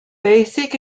basic